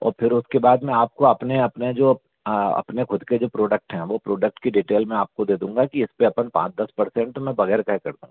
और फिर उसके बाद में आपको अपने अपने जो अपने ख़ुद के जो प्रोडक्ट है वो प्रोडक्ट की डिटेल मैं आपको दे दूंगा कि इस पर अपन पाँच दस परसेंट बगैर कहे कर दूंगा